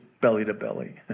belly-to-belly